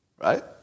Right